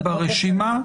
ברשימה.